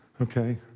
Okay